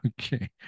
Okay